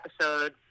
episode